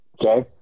Okay